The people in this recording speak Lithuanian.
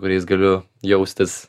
kuriais galiu jaustis